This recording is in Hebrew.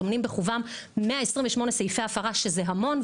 שטומנים בחובם כ-128 סעיפי הפרה שזה המון,